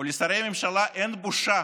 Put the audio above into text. ולשרי הממשלה אין בושה